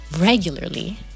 regularly